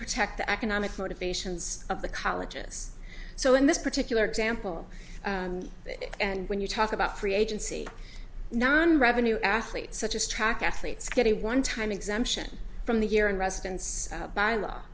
protect the economic motivations of the colleges so in this particular example and when you talk about free agency non revenue athletes such as track athletes get a one time exemption from the year in residence by law